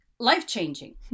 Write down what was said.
life-changing